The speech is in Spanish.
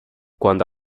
cuando